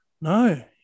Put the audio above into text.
No